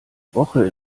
woche